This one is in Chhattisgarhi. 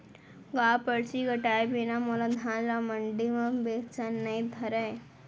का परची कटाय बिना मोला धान ल मंडी म बेचन नई धरय?